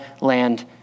land